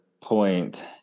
point